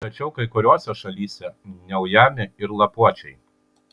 tačiau kai kuriose šalyse neujami ir lapuočiai